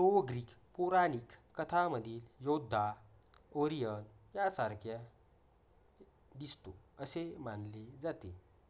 तो ग्रीक पौराणिक कथांमधील योद्धा ओरियन यासारखा दिसतो असे मानले जाते